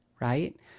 right